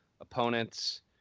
opponents